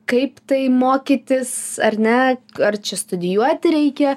kaip tai mokytis ar ne ar čia studijuoti reikia